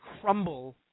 crumble